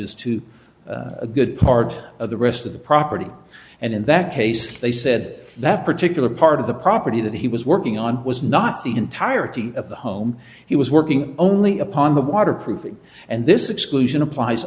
damages to a good part of the rest of the property and in that case they said that particular part of the property that he was working on was not the entirety of the home he was working only upon the waterproofing and this exclusion applies